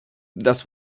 das